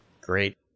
Great